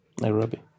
Nairobi